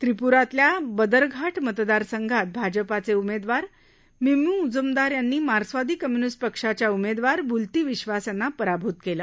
त्रिपूरातल्या बदरघाट मतदारसंघात भाजपाचे उमेदवार मिमी मुजूमदार यांनी मार्क्सवादी कस्मुनिस्ट पक्षाचे उमेदवार बुलती विधास यांना पराभूत केलं